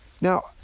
Now